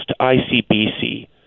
ICBC